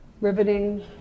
riveting